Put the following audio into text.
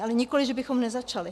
Ale nikoli že bychom nezačali.